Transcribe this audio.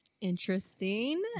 Interesting